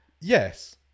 Yes